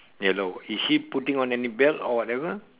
yellow is she putting on any belt or whatever